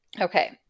Okay